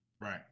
Right